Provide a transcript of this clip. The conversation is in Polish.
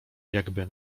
jakby